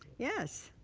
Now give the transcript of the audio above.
yes.